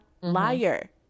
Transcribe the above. liar